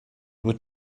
would